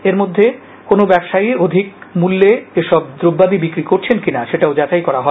এরমধ্যে কোন ব্যবসায়ী অধিক মূল্যে এসকল দ্রব্যাদি বিক্রি করছেন কিনা সেটাও যাচাই করা হয়